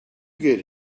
get